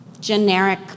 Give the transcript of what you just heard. generic